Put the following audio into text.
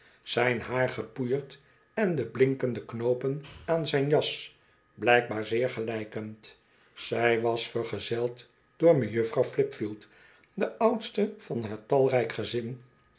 zijn haar gepoeierd en de blinkende knoopen aan zijn jas blijkbaar zeer gelijkend zij was vergezeld door mejuffrouw flipfield de oudste van haar talrijk gezin